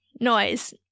noise